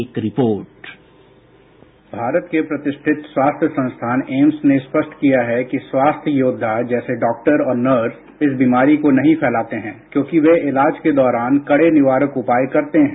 sound byte Bharat के प्रतिष्ठित स्वास्थ्य संस्थान एम्स ने स्पष्ट किया है कि स्वास्थ्य योद्वा जैसे डॉक्टर और नर्स इस बीमारी को नहीं फैलाते हैं क्योंकि वे इलाज के दौरान कड़े निवारक उपाय करते हैं